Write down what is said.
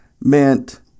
meant